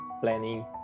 planning